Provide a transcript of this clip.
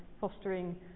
fostering